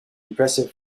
impressive